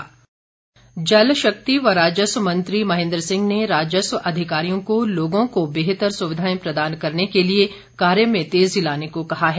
महेन्द्र सिंह जलशक्ति व राजस्व मंत्री महेन्द्र सिंह ने राजस्व अधिकारियों को लोगों को बेहतर सुविधाएं प्रदान करने के लिए कार्य में तेजी लाने को कहा है